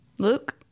Luke